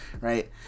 right